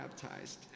baptized